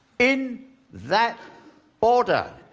in that order.